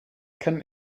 kann